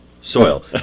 Soil